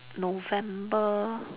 November